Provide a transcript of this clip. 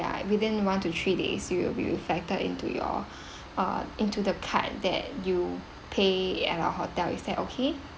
within one to three days it will be reflected into your uh into the card that you pay at our hotel is that okay